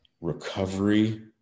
recovery